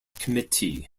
committee